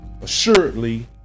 assuredly